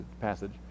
passage